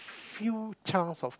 few chance of